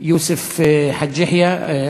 יוסף חאג' יחיא,